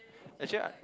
actually I